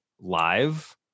live